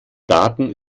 daten